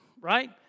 right